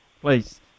Please